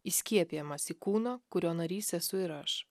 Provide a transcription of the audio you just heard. įskiepijamas į kūno kurio narys esu ir aš